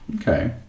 Okay